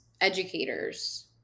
educators